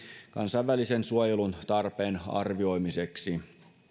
kansainvälisen suojelun tarpeen arvioimiseksi